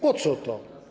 Po co to?